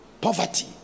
poverty